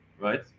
right